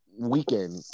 weekend